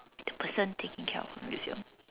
the person taking care of a museum